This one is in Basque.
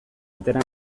atera